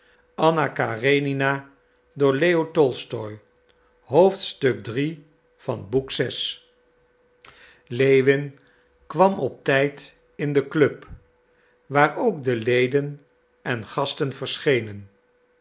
lewin kwam op tijd in de club waar ook de leden en gasten verschenen